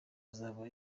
azaba